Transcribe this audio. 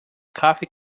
coffee